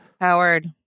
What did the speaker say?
Howard